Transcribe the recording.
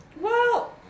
Well-